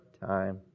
time